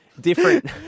Different